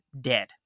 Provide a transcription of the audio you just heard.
dead